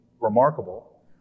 remarkable